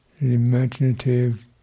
imaginative